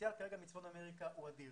הפוטנציאל כרגע מצפון אמריקה הוא אדיר.